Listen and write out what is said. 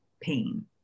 pain